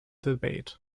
debate